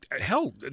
hell